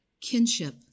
kinship